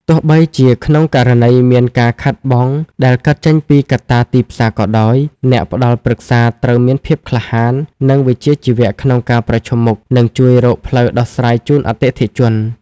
ទោះបីជាក្នុងករណីមានការខាតបង់ដែលកើតចេញពីកត្តាទីផ្សារក៏ដោយ អ្នកផ្ដល់ប្រឹក្សាត្រូវមានភាពក្លាហាន និងវិជ្ជាជីវៈក្នុងការប្រឈមមុខ និងជួយរកផ្លូវដោះស្រាយជូនអតិថិជន។